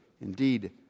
Indeed